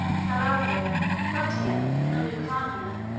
calabria, bruttium, and lucania,